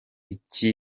icyo